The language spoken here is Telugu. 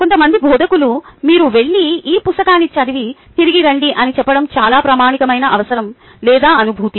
కొంతమంది బోధకులు మీరు వెళ్లి ఈ పుస్తకాన్ని చదివి తిరిగి రండి అని చెప్పడం చాలా ప్రామాణికమైన అవసరం లేదా అనుభూతి